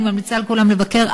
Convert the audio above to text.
אני ממליצה לכולם לבקר.